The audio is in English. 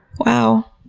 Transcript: wow,